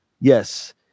yes